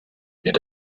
wird